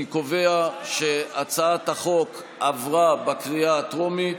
אני קובע שהצעת החוק עברה בקריאה הטרומית,